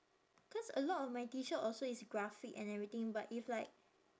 cause a lot of my T shirt also is graphic and everything but if like